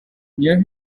near